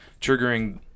triggering